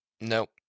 Nope